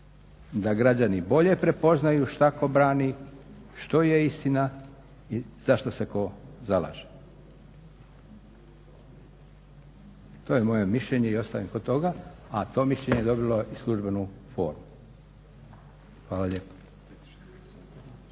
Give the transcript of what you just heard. da građani bolje prepoznaju šta ko brani, što je istina i zašto se tko zalaže. To je moje mišljenje i ostajem kod toga, a to mišljenje dobilo je i službenu formu. Hvala lijepa.